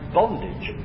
bondage